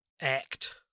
Act